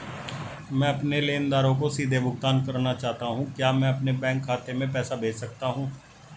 मैं अपने लेनदारों को सीधे भुगतान करना चाहता हूँ क्या मैं अपने बैंक खाते में पैसा भेज सकता हूँ?